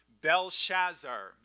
Belshazzar